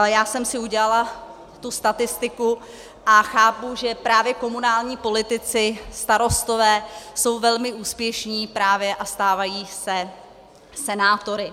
Já jsem si udělala tu statistiku a chápu, že právě komunální politici, starostové, jsou velmi úspěšní právě a stávají se senátory.